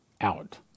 out